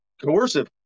coercive